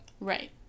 Right